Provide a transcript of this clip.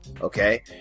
okay